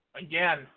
again